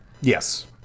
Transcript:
Yes